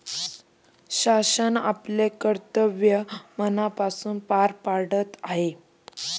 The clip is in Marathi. शासन आपले कर्तव्य मनापासून पार पाडत आहे